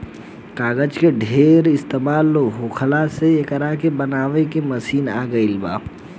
कागज के ढेर इस्तमाल होखे से एकरा के बनावे के मशीन आ गइल बा